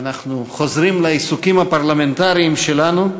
אנחנו חוזרים לעיסוקים הפרלמנטריים שלנו,